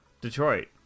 Detroit